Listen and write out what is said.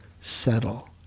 settle